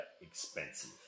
expensive